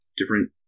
different